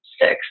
six